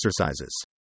exercises